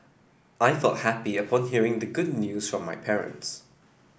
I felt happy upon hearing the good news from my parents